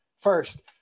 First